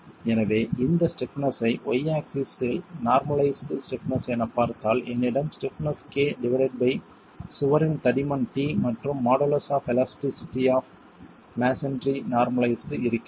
எனவே இந்த ஸ்டிப்னஸ் ஐ y ஆக்ஸிஸ் இல் நார்மலைஸிடு ஸ்டிப்னஸ் எனப் பார்த்தால் என்னிடம் ஸ்டிப்னஸ் k டிவைடெட் பை சுவரின் தடிமன் t மற்றும் modulus of elasticity of masonry normalized இருக்கிறது